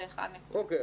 זה 1 נקודה --- אוקיי,